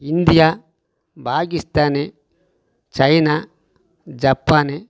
India Pakistan China Japan